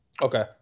Okay